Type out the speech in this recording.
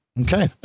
okay